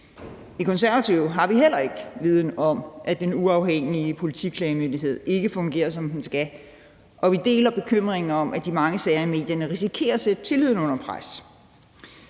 I Konservative har vi heller ikke viden om, at Den Uafhængige Politiklagemyndighed ikke fungerer, som den skal, og vi deler bekymringen for, at de mange sager i medierne risikerer at sætte tilliden under pres.